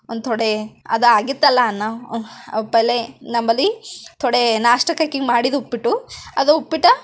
ಒಂದು ತೋಡೆ ಅದಾಗಿತ್ತು ಅಲಾ ಅನ್ನ ಪೆಹ್ಲೇ ನಂಬಲ್ಲಿ ತೋಡೆ ನಾಷ್ಟಕಕ್ಕಿ ಮಾಡಿದ್ದ ಉಪ್ಪಿಟ್ಟು ಅದು ಉಪ್ಪಿಟ್ಟು